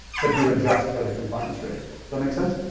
but you adjust for the compliance rate. does that make sense?